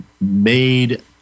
made